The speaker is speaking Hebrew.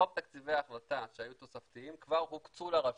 רוב תקציבי ההחלטה שהיו תוספתיים כבר הוקצו לרשויות.